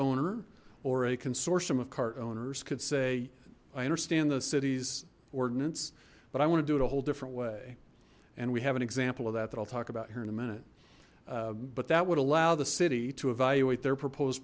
owner or a consortium of cart owners could say i understand the city's ordinance but i want to do it a whole different way and we have an example of that that i'll talk about here in a minute but that would allow the city to evaluate their proposed